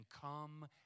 come